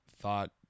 thought